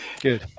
good